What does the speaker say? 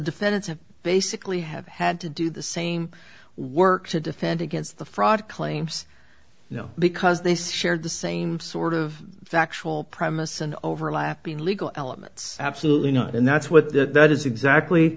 defendants have basically have had to do the same work to defend against the fraud claims you know because they say shared the same sort of factual premises and overlapping legal elements absolutely not and that's what that that is exactly